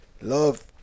Love